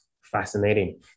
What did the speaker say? Fascinating